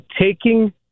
taking